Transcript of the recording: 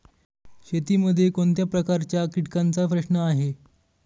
शेतीमध्ये कोणत्या प्रकारच्या कीटकांचा प्रश्न आहे?